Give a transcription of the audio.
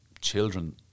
children